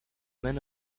men